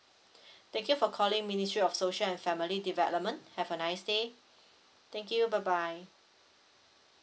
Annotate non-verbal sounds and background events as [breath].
[breath] thank you for calling ministry of social and family development have a nice day thank you bye bye